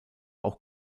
auch